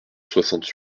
soixante